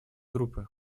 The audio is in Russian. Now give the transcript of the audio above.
группы